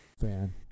fan